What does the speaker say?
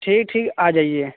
ठीक ठीक आ जाइए